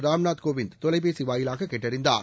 ராம்நாத் கோவிந்த் தொலைபேசி வாயிலாக கேட்டறிந்தார்